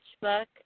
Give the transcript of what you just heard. book